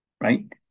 right